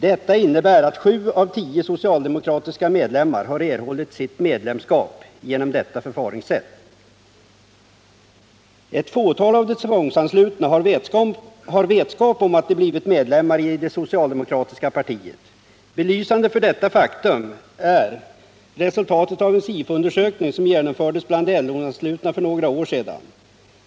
Detta innebär att 7 av 10 socialdemokratiska medlemmar har erhållit sitt medlemskap genom detta förfaringssätt. Ett fåtal av de tvångsanslutna har vetskap om ett de blivit medlemmar i det socialdemokratiska partiet. Belysande för detta faktum är resultatet av en SIFO-undersökning som genomfördes bland de LO-anslutna för några år sedan.